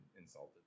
insulted